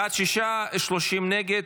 בעד, שישה, 30 נגד.